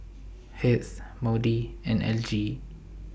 Heath Maude and Elgie